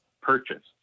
purchased